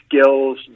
skills